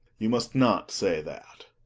you must not say that.